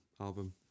album